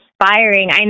inspiring